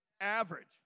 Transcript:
average